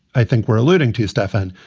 i think we're alluding to stefan.